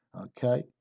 okay